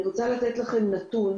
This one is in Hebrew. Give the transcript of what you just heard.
אני רוצה לתת לכם נתון